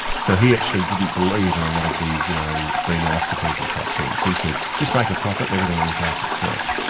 so he actually didn't believe in a lot of these, you know, be nice to people type things. he said, just make a profit and everything will look after itself.